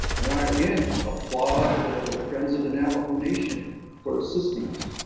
and i again, applaud the the friends of the navajo nation for assisting us.